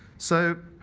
so